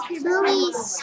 please